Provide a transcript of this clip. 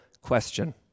question